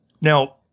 Now